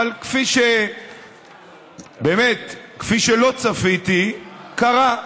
אבל באמת, מה שלא צפיתי קרה,